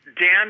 Dan